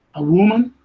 a woman,